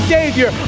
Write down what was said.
Savior